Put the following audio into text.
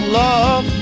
love